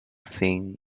thing